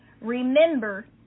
Remember